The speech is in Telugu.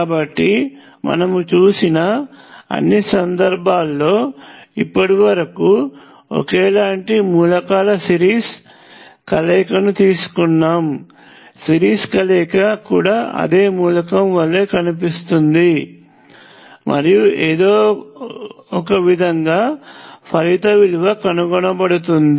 కాబట్టి మనము చూసిన అన్ని సందర్భాల్లో ఇప్పటివరకు ఒకేలాంటి మూలకాల సీరీస్ కలయికను తీసుకున్నాము సిరీస్ కలయిక కూడా అదే మూలకం వలె కనిపిస్తుంది మరియు ఏదో ఒక విధంగా ఫలిత విలువ కనుగొనబడుతుంది